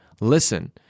listen